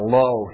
low